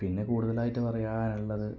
പിന്നെ കൂടുതലായിട്ടും പറയാനുള്ളത്